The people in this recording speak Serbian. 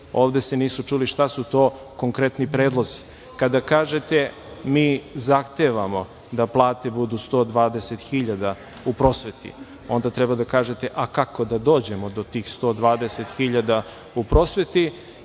Ovde se nisu čuli šta su to konkretni predlozi. Kada kažete - mi zahtevamo da plate budu 120 hiljada u prosveti onda treba da kažete a kako da dođemo do tih 120 hiljada u prosveti